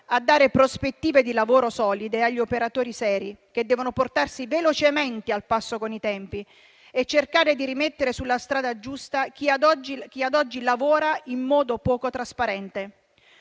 a dare prospettive di lavoro solide agli operatori seri, che devono portarsi velocemente al passo con i tempi, e cercare di rimettere sulla strada giusta chi ad oggi lavora in modo poco trasparente.